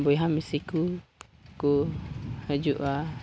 ᱵᱚᱭᱦᱟ ᱢᱤᱥᱤ ᱠᱚᱠᱚ ᱦᱤᱡᱩᱜᱼᱟ